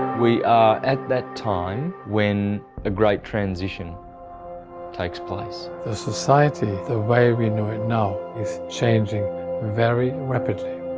we are at that time when a great transition takes place. the society, the way we know it now, is changing very rapidly.